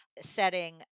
setting